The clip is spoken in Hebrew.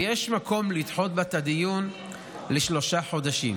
ויש מקום לדחות בה את הדיון בשלושה חודשים.